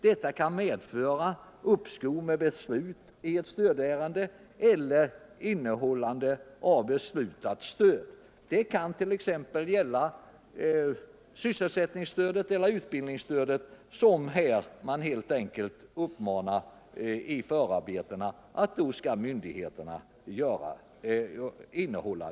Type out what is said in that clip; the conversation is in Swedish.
Detta kan medföra uppskov med beslut i ett stödärende eller innehållande av beslutat stöd. Det kan t.ex. gälla sysselsättningsstöd eller utbildningsstöd, som man i förarbetena helt enkelt uppmanar myndigheterna att innehålla.